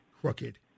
Crooked